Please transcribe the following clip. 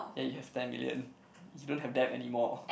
that you have ten million you don't have that anymore